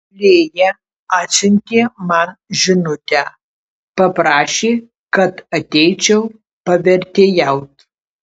lėja atsiuntė man žinutę paprašė kad ateičiau pavertėjaut